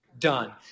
done